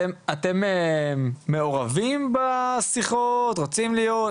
אתם מעורבים בשיחות, רוצים להיות?